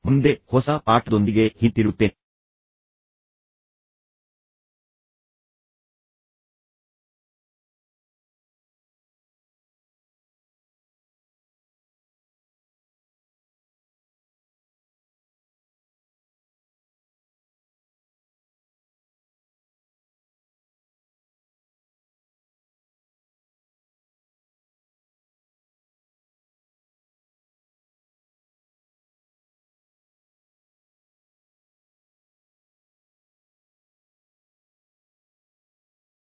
ಮುಂದಿನ ವೀಡಿಯೊ ದಲ್ಲಿ ನಾನು ಹೊಸ ಪಾಠದೊಂದಿಗೆ ಹಿಂತಿರುಗುತ್ತೇನೆ